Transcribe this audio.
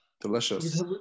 Delicious